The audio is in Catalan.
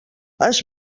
has